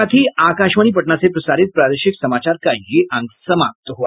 इसके साथ ही आकाशवाणी पटना से प्रसारित प्रादेशिक समाचार का ये अंक समाप्त हुआ